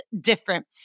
different